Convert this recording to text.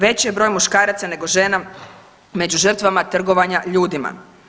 Veći je broj muškaraca nego žena među žrtvama trgovanja ljudima.